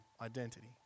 identity